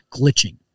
glitching